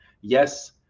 yes